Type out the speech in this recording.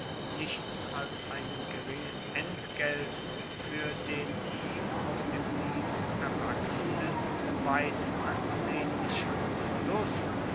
nichts als einen geringen entgelt für den ihm aus dem dienst erwachsenden weit ansehnlicheren verlust